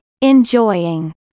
enjoying